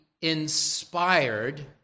inspired